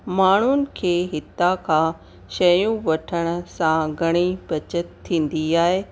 माण्हुनि खे हितां खां शयूं वठण सां घणी बचति थींदी आहे